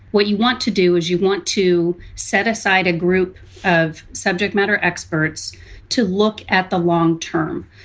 what you want to do is you want to set aside a group of subject matter experts to look at the long term.